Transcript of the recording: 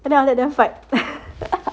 and then I will let them fight